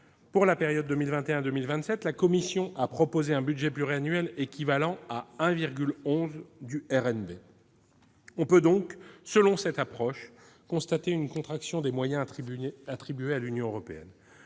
pour la période 2021-2027, la Commission a proposé un budget pluriannuel équivalent à 1,11 % du revenu national brut (RNB). On peut donc, selon cette approche, constater une contraction des moyens attribués à l'Union européenne.